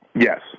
Yes